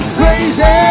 crazy